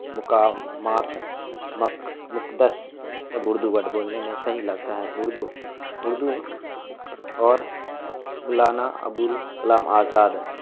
مقامات مقدس سب اردو ورڈ بولنے میں صحیح لگتا ہے اردو اردو اور مولانا ابو الکلام آزاد